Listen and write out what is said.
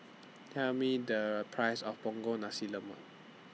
Tell Me The Price of Punggol Nasi Lemak